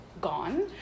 Gone